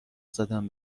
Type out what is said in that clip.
زدم